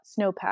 snowpack